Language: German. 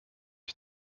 ich